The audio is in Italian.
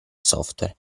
software